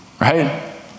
right